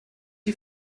die